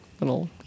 little